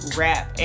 rap